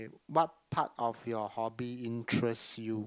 what part of your hobby interest you